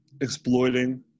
exploiting